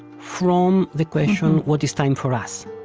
from the question, what is time, for us?